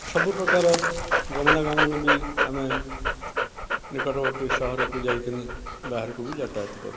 ସବୁପ୍ରକାର ଗମନାଗମନ ବି ଆମେ ନିକଟବର୍ତ୍ତୀ ସହରକୁ ଯାଇକି ବାହାରକୁ ବି ଯାତାୟାତ କରୁ